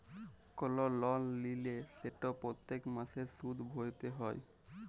call লল লিলে সেট প্যত্তেক মাসে সুদ ভ্যইরতে হ্যয়